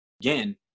again